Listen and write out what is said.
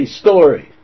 story